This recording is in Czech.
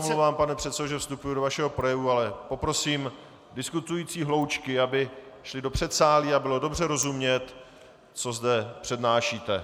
Omlouvám se, pane předsedo, že vstupuji do vašeho projevu, ale poprosím diskutující hloučky, aby šly do předsálí, aby bylo dobře rozumět, co zde přednášíte.